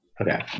Okay